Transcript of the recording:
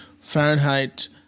Fahrenheit